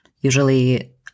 Usually